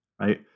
Right